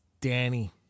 Danny